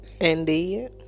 indeed